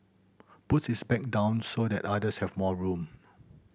puts his bag down so that others have more room